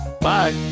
bye